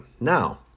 now